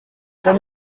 très